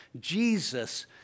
Jesus